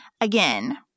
Again